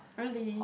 really